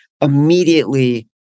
Immediately